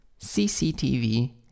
CCTV